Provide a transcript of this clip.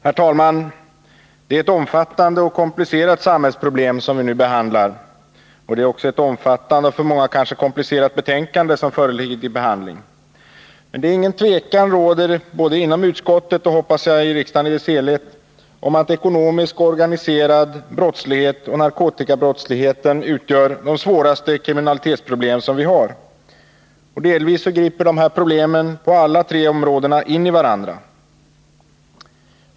Herr talman! Det är ett omfattande och komplicerat samhällsproblem som nu behandlas. Det är också ett omfattande och för många kanske komplicerat betänkande som föreligger till behandling. Men inget tvivel råder, varken sig i utskottet eller — hoppas jag — i riksdagen i dess helhet, om att ekonomisk och organiserad brottslighet och narkotikabrottslighet utgör de svåraste kriminalitetsproblem som vi har. Delvis griper problemen på alla de tre områdena in i varandra.